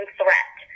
threat